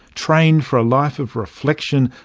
trained for a life of reflection,